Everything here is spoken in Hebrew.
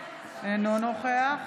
אינו נוכח